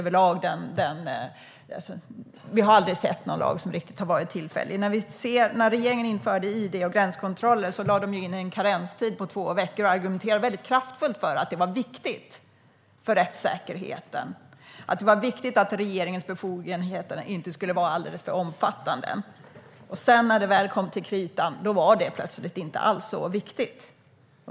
Vi har aldrig sett någon lag som har varit riktigt tillfällig. När regeringen införde id och gränskontroller lade de in en karenstid på två veckor och argumenterade kraftfullt för att det var viktigt för rättssäkerheten. Det var viktigt att regeringens befogenheter inte skulle vara alldeles för omfattande. När det väl kom till kritan var det plötsligt inte alls så viktigt.